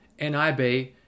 NIB